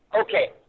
Okay